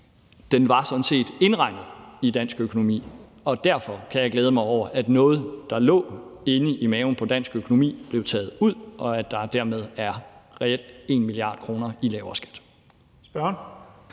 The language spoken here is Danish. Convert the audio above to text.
den sådan set var indregnet i dansk økonomi. Derfor kan jeg glæde mig over, at noget, der lå inde i maven på dansk økonomi, blev taget ud, og at der dermed reelt er 1 mia. kr. i lavere skat.